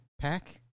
pack